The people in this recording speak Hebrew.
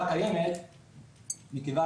בוקר טוב, משתתפות ומשתתפים.